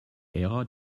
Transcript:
ära